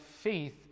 faith